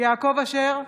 יעקב אשר,